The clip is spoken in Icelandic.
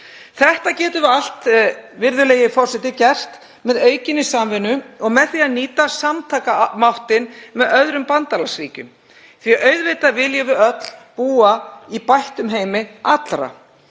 Þetta getum við allt gert, virðulegi forseti, með aukinni samvinnu og með því að nýta samtakamáttinn með öðrum bandalagsríkjum því að auðvitað viljum við öll búa í bættum heimi allra